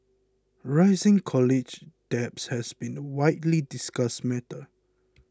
rising college debt has been a widely discussed matter